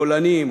פולנים,